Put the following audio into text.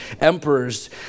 emperors